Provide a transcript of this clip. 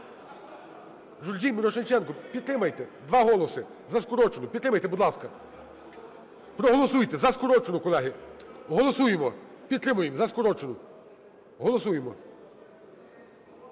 Журжій, Мірошніченко, підтримайте. 2 голоси за скорочену, підтримайте, будь ласка. Проголосуйте за скорочену, колеги. Голосуємо, підтримуємо за скорочену. Голосуємо.